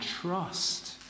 trust